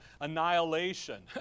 annihilation